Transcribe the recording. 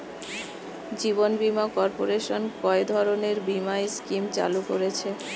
জীবন বীমা কর্পোরেশন কয় ধরনের বীমা স্কিম চালু করেছে?